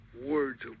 words